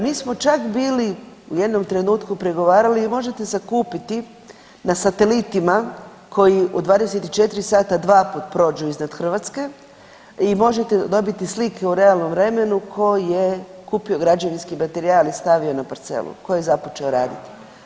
Mi smo čak bili u jednom trenutku pregovarali, vi možete zakupiti na satelitima koji u 24 sata 2 put prođu iznad Hrvatske i možete dobiti slike u realnom vremenu tko je kupio građevinski materijal i stavio na parcelu, tko je započeo raditi.